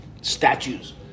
statues